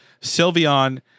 Sylveon